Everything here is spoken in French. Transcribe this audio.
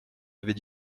avait